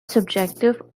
subjective